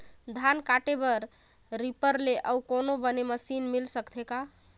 धान काटे बर रीपर ले अउ कोनो बने मशीन मिल सकथे का?